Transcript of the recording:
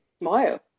smile